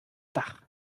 dach